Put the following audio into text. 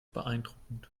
beeindruckend